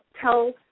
tell